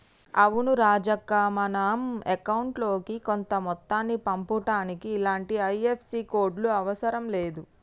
అవును రాజక్క మనం అకౌంట్ లోకి కొంత మొత్తాన్ని పంపుటానికి ఇలాంటి ఐ.ఎఫ్.ఎస్.సి కోడ్లు అవసరం లేదు